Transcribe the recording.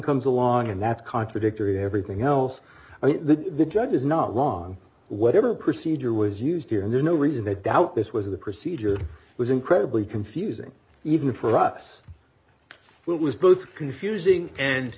comes along and that's contradictory everything else the judge is not wrong whatever procedure was used here and there's no reason that doubt this was the procedure was incredibly confusing even for us it was both confusing and